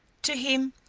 to him,